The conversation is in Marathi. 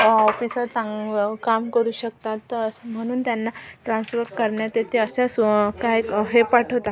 ऑफिसर चांगलं काम करू शकतात म्हणून त्यांना ट्रान्सफर करण्यात येते अशा सो काय हे पाठवतात